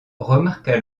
remarquent